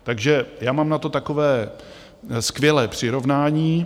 Takže já mám na to takové skvělé přirovnání.